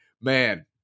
man